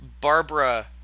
Barbara